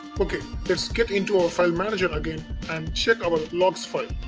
ah ok, let's get into our file manager again and check our logs file